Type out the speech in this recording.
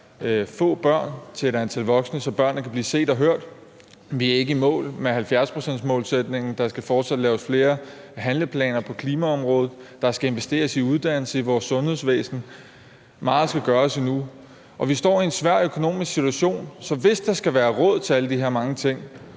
få børn til et antal voksne, så børnene kan blive set og hørt. Vi er ikke i mål med 70-procentsmålsætningen. Der skal fortsat laves flere handleplaner på klimaområdet. Der skal investeres i uddannelse, i vores sundhedsvæsen. Meget skal gøres endnu. Vi står i en svær økonomisk situation, så hvis der skal være råd til alle de her mange ting,